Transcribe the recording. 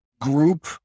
group